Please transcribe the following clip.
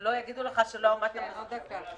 שלא יגידו לך שלא עמדת בזמנים.